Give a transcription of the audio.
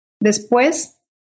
Después